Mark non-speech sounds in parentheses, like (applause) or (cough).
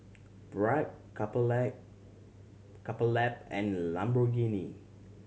Bragg Couple (unintelligible) Couple Lab and Lamborghini